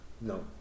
No